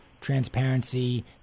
transparency